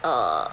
err